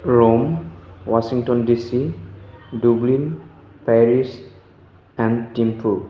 र'म Washington DC Dublin Paris and Thimphu